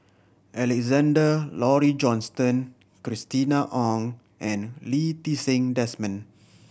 Alexander Laurie Johnston Christina Ong and Lee Ti Seng Desmond